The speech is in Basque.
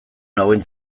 nauen